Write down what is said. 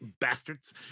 bastards